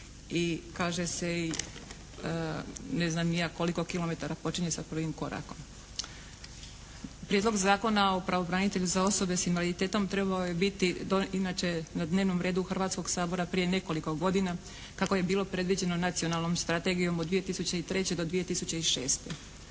i kaže se i ne znam ni ja koliko kilometara počinje sa prvim korakom. Prijedlog Zakona o pravobranitelju za osobe s invaliditetom trebao bi biti inače na dnevnom redu Hrvatskog sabora prije nekoliko godina kako je bilo predviđeno nacionalnom strategijom od 2003. do 2006.